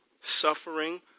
suffering